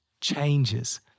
changes